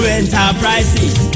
enterprises